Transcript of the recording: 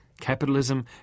Capitalism